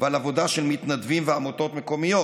ועל עבודה של מתנדבים ועמותות מקומיות.